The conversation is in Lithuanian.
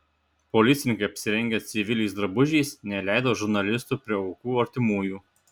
policininkai apsirengę civiliais drabužiais neleido žurnalistų prie aukų artimųjų